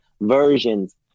versions